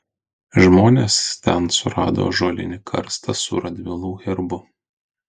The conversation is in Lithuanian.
žmonės ten surado ąžuolinį karstą su radvilų herbu